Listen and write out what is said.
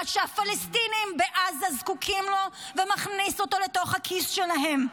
שהפלסטינים בעזה זקוקים לו ומכניס אותו לתוך הכיס שלהם.